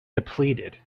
depleted